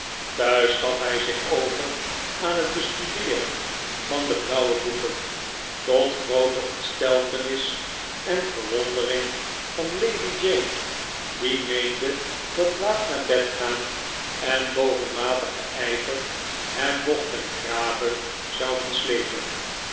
thuis gaf hij zich over aan het bestudeeren van de blauwe boeken tot groote ontsteltenis en verwondering van lady jane die meende dat laat naar bed gaan en bovenmatige ijver hem nog ten grave zouden sleepen